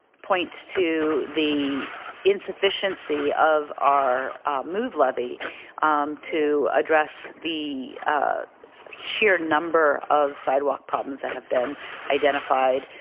point to the insufficiency of our move levy to address the sheer number of sidewalk problems that have been identified.